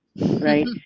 Right